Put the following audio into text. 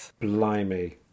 Blimey